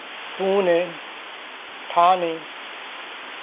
Pune Thane